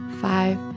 five